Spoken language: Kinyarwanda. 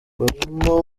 barimo